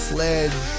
Sledge